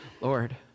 Lord